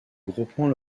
groupement